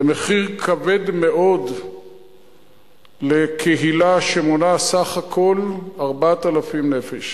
זה מחיר כבד מאוד לקהילה שמונה בסך הכול 4,000 נפש.